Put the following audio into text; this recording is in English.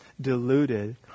Deluded